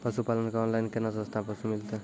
पशुपालक कऽ ऑनलाइन केना सस्ता पसु मिलतै?